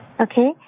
Okay